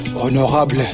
honorable